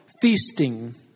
feasting